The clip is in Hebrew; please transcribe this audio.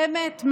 באמת,